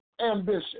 ambition